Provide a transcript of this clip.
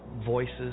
voices